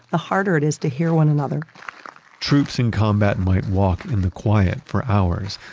the harder it is to hear one another troops in combat and might walk in the quiet for hours.